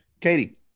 Katie